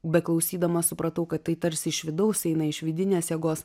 beklausydama supratau kad tai tarsi iš vidaus eina iš vidinės jėgos